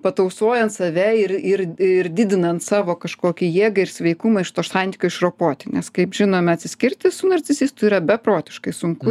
patausojant save ir ir ir didinant savo kažkokią jėgą ir sveikumą iš to santykio išropoti nes kaip žinome atsiskirti su narcisistu yra beprotiškai sunku